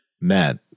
met